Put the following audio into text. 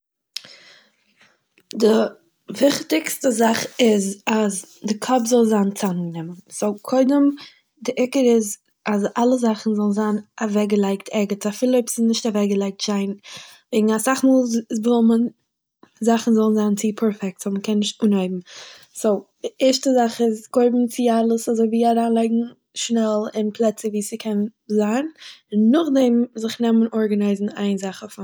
די וויכטיגסטע זאך איז אז די קאפ זאל זיין צוזאמגענומען, סו קודם, די עיקר איז אז אלע זאכן זאלן זיין אוועקגעלייגט ערגעץ, אפילו אויב ס'איז נישט אוועקגעלייגט שיין וועגן אסאך מאל איז דא אמאל זאכן זאלן זיין צו פערפעקט אז מען קען נישט אנהייבן. סו, די ערשטע זאך איז קודם טוה אלעס אזויווי אריינלייגן שנעל אין פלעצער וואו ס'קען זיין, און נאכדעם זיך נעמען ארגענייזן איין זאך אויף א מאל